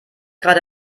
gerade